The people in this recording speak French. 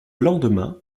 lendemain